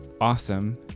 awesome